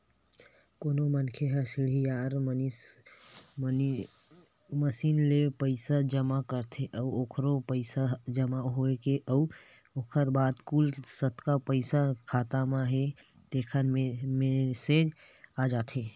कोनो मनखे ह सीडीआर मसीन ले पइसा जमा करथे त ओखरो पइसा जमा होए के अउ ओखर बाद कुल कतका पइसा खाता म हे तेखर मेसेज आ जाथे